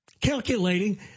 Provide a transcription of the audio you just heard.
calculating